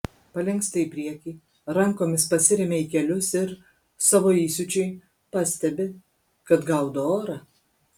palinksta į priekį rankomis pasiremia į kelius ir savo įsiūčiui pastebi kad gaudo orą